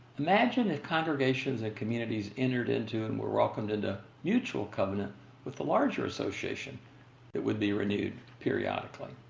imagine if congregations and communities entered into and were welcomed into mutual covenant with the larger association that would be renewed periodically?